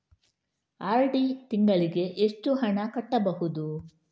RD ತಿಂಗಳಿಗೆ ಎಷ್ಟು ಹಣ ಕಟ್ಟಬಹುದು?